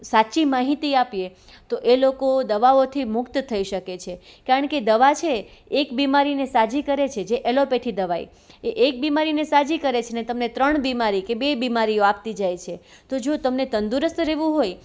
સાચી માહિતી આપીએ તો એ લોકો દવાઓથી મુક્ત થઈ શકે છે કારણ કે દવા છે એક બીમારીને સાજી કરે છે જે એલોપેથી દવાએ એક બીમારીને સાજી કરે છે અને તમને ત્રણ બીમારી કે બે બીમારીઓ આપતી જાય છે તો જો તમને તંદુરસ્ત રહેવું હોય